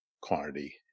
quantity